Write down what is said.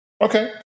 Okay